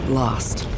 lost